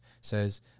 says